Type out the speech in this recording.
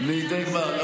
למי אתה עושה טובה?